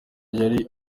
yari